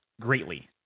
greatly